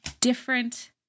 different